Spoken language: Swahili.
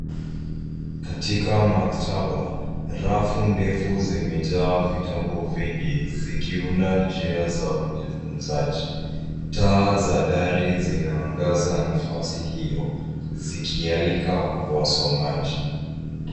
Katika maktaba, rafu ndefu zimejaa vitabu vingi zikiunda njia za ujifunzaji. Taa za dari zinaangaza nafasi hio zikialika wasomaji.